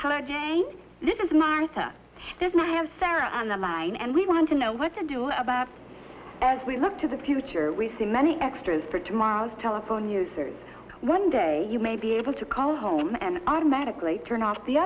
jane this is martha does not have sarah on the line and we want to know what to do about as we look to the future we see many extras for tomorrow's telephone users one day you may be able to call home and automatically turn off the